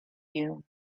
you